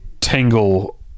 tangle